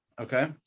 okay